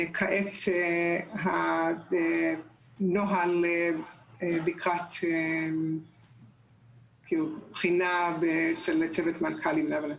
כעת הנוהל לקראת בחינה אצל צוות מנכ"לים, להבנתי.